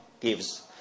gives